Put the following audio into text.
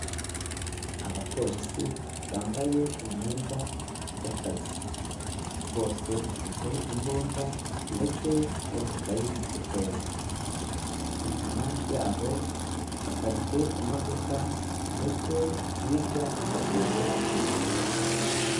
Abapolisi bambaye imyenda y'akazi, bose bafite imbunda ndetse n'udukayi dutoya, inyuma yabo haparitse imodoka ndetse hirya hateye ibiti.